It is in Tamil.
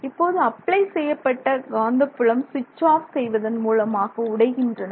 இப்போது அப்ளை செய்யப்பட்ட காந்தப்புலம் ஸ்விட்ச் ஆஃப் செய்வதன் மூலமாக உடைகின்றன